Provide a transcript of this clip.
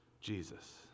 Jesus